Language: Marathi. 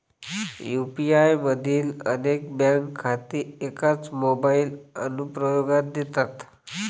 यू.पी.आय मधील अनेक बँक खाती एकाच मोबाइल अनुप्रयोगात येतात